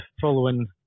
following